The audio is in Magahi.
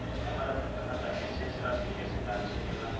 हमर अपन खाता के शेष रासि कैसे जान सके ला?